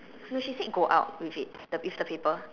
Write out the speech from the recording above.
no she said go out with it with the paper